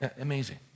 amazing